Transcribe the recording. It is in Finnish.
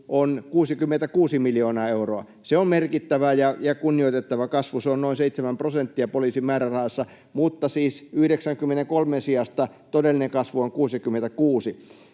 on 66 miljoonaa euroa. Se on merkittävä ja kunnioitettava kasvu, se on noin seitsemän prosenttia poliisin määrärahoissa. Mutta siis 93 miljoonan sijasta todellinen kasvu on 66